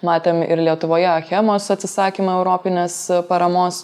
matėm ir lietuvoje achemos atsisakymą europinės paramos